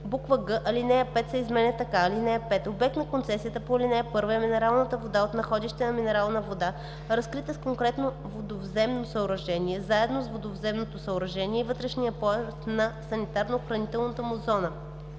г) алинея 5 се изменя така: „(5) Обект на концесията по ал. 1 е минералната вода от находище на минерална вода, разкрита с конкретно водовземно съоръжение, заедно с водовземното съоръжение и вътрешния пояс на санитарно-охранителната му зона.“;